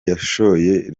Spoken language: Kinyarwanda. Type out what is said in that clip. yashoye